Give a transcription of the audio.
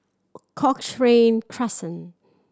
Cochrane Crescent